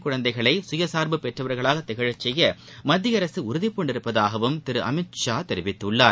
குழந்தைகள் சுயசார்பு பெற்றவர்களாகதிகழச்செய்யமத்தியஅரசுஉறுதி பூண்டுள்ளதாகவும் பெண் திருஅமித் ஷா தெரிவித்துள்ளார்